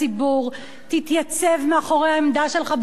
תתייצב מאחורי העמדה שלך באופן ציבורי,